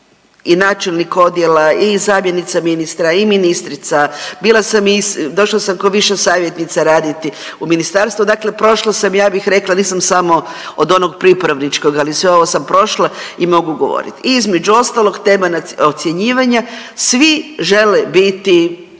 i načelnik odjela i zamjenica ministra i ministrica, bila sam i došla sam ko viša savjetnica raditi u ministarstvo dakle prošla sam ja bih rekla nisam samo od onog pripravničkog, ali sve ovo sam prošla i mogu govorit i između ostalog tema ocjenjivanja, svi žele biti